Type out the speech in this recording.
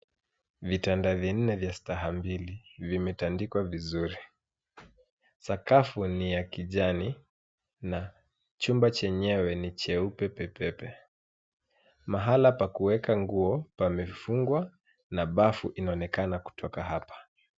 Vitanda vinne vya staha mbili vimetandikwa vizuri. Sakafu ni ya kijani na chumba chenyewe ni cheupe pepepe. Mahala pa kuweka nguo pamefungwa na bafu inaonekana kutoka hapa.